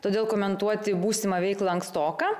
todėl komentuoti būsimą veiklą ankstoka